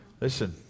listen